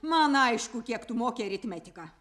man aišku kiek tu moki aritmetika